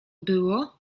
było